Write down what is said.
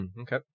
okay